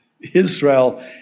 Israel